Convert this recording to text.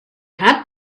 had